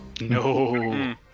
No